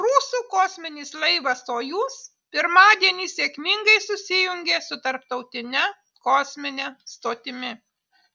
rusų kosminis laivas sojuz pirmadienį sėkmingai susijungė su tarptautine kosmine stotimi